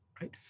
right